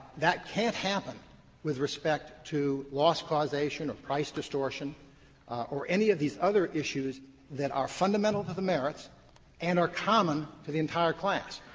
that can't happen with respect to loss causation or price distortion or any of these other issues that are fundamental to the merits and are common to the entire class,